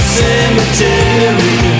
cemetery